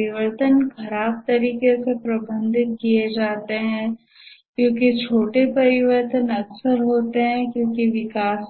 परिवर्तन खराब तरीके से प्रबंधित किए जाते हैं क्योंकि छोटे परिवर्तन अक्सर होते हैं क्योंकि विकास